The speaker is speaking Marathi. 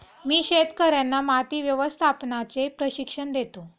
मी शेतकर्यांना माती व्यवस्थापनाचे प्रशिक्षण देतो